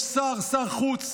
יש שר, שר חוץ,